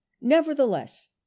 nevertheless